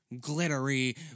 glittery